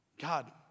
God